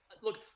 look